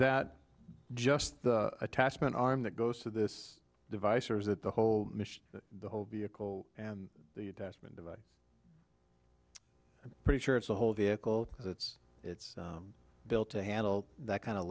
that just the attachment arm that goes to this device or is it the whole mission the whole vehicle and the attachment device pretty sure it's a whole vehicle because it's it's built to handle that kind of